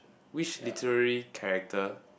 which literary character